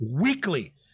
weekly